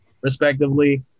respectively